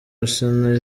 arsenal